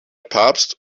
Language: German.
papst